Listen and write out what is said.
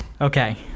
okay